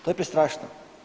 To je prestrašno!